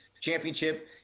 championship